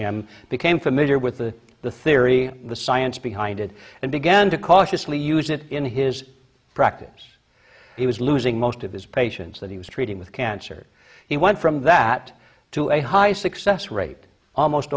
him became familiar with the the theory the science behind it and began to cautiously use it in his practice he was losing most of his patients that he was treating with cancer he went from that to a high success rate almost